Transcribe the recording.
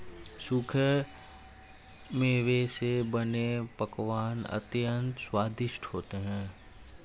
सूखे मेवे से बने पकवान अत्यंत स्वादिष्ट होते हैं